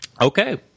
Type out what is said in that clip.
okay